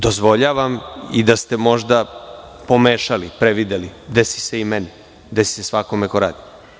Dozvoljavam i da ste možda pomešali, prevideli, desi se i meni, desi se svakome ko radi.